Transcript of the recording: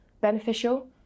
beneficial